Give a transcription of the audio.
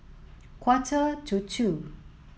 quarter to two